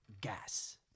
gas